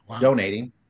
donating